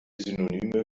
synonyme